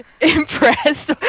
impressed